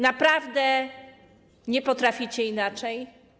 Naprawdę nie potraficie inaczej?